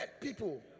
people